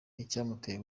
icyamuteye